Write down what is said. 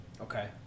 Okay